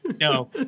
No